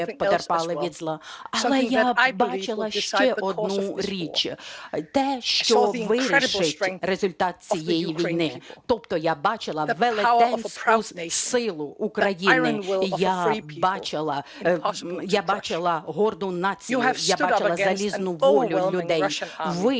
Але я бачила ще одну річ – те, що вирішить результат цієї війни. Тобто я бачила велетенську силу України. Я бачила горду націю. Я бачила залізну волю людей. Ви захищаєте